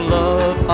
love